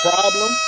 Problem